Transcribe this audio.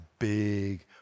Big